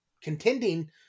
contending